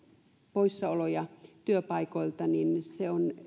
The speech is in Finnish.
poissaoloja työpaikoilta on